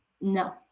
No